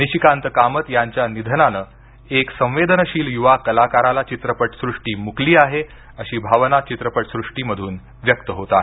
निशिकांत कामत यांच्या निधनानं एक संवेदनशील युवा कलाकाराला चित्रपट सृष्टी मुकली आहे अशी भावना चित्रपट सृष्टीमधून व्यक्त होत आहे